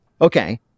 Okay